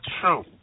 true